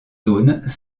zones